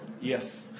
Yes